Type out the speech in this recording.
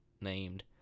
named